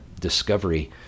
discovery